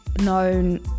known